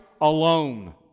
alone